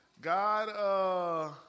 God